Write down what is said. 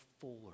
fuller